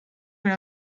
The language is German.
will